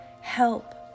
help